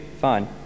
fine